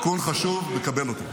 תיקון חשוב, מקבל אותו.